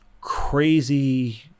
crazy